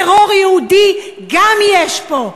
גם טרור יהודי יש פה,